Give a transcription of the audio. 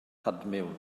cadmiwm